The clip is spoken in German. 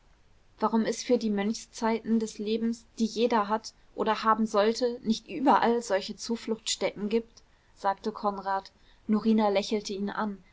warum es für die mönchszeiten des lebens die jeder hat oder haben sollte nicht überall solche zufluchtsstätten gibt sagte konrad norina lächelte ihn an